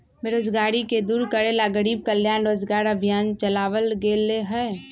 बेरोजगारी के दूर करे ला गरीब कल्याण रोजगार अभियान चलावल गेले है